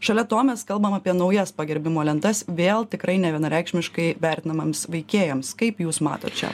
šalia to mes kalbam apie naujas pagerbimo lentas vėl tikrai nevienareikšmiškai vertinamiems veikėjams kaip jūs matot čia